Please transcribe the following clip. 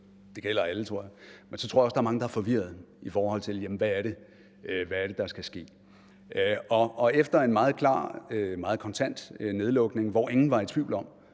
jeg gælder alle. Men så tror jeg også, der er mange, der er forvirrede i forhold til, hvad det er, der skal ske. Efter en meget klar, meget kontant nedlukning, hvor ingen var i tvivl om,